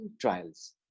trials